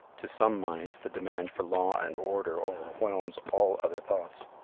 to some minds the demand for law and order overwhelms all other thoughts.